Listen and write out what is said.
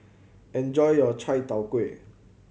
enjoy your Chai Tow Kuay